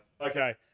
Okay